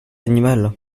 animal